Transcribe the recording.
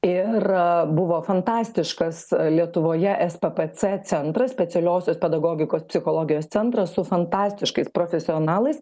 ir buvo fantastiškas lietuvoje sppc centras specialiosios pedagogikos psichologijos centras su fantastiškais profesionalais